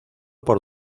por